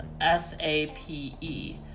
s-a-p-e